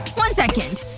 one second.